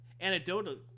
anecdotal